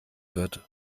wird